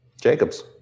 Jacobs